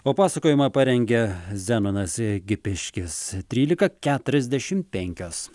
o pasakojimą parengė zenonas gipiškis trylika keturiasdešim penkios